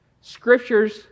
Scriptures